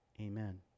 Amen